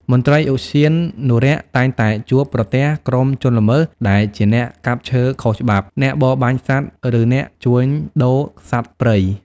មន្ត្រីឧទ្យានុរក្សតែងតែជួបប្រទះក្រុមជនល្មើសដែលជាអ្នកកាប់ឈើខុសច្បាប់ អ្នកបរបាញ់សត្វ ឬអ្នកជួញដូរសត្វព្រៃ។